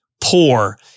poor